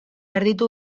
erditu